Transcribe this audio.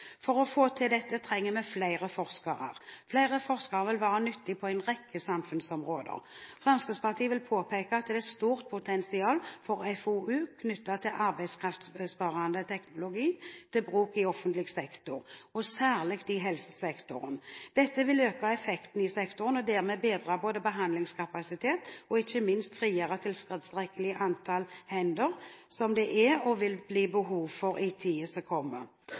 For å få til dette trenger vi flere forskere. Flere forskere vil være nyttig på en rekke samfunnsområder. Fremskrittspartiet vil påpeke at det er et stort potensial for FoU knyttet til arbeidskraftsbesparende teknologi til bruk i offentlig sektor, og særlig i helsesektoren. Dette vil øke effektiviteten i sektoren og dermed bedre behandlingskapasiteten og ikke minst frigjøre tilstrekkelig antall hender, som det er og vil bli behov for i tiden som kommer.